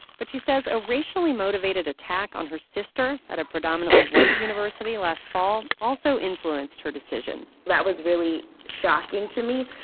but she said a racially motivated attack on her sister at a predominantly white university last fall also influenced her decision that was really shocking to me,